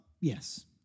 yes